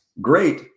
great